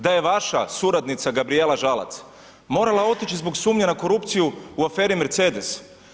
Da je vaša suradnica Gabrijela Žalac morala otići zbog sumnje na korupciju u aferi Mercedes.